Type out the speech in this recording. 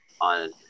on